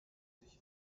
sich